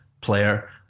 player